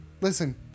Listen